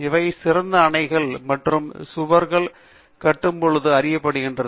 அவை சிறிய அணைகள் மற்றும் சுவர்கள் கட்டும்பொழுது அறியப்படுகிறது